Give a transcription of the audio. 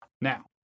Now